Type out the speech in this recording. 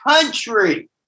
country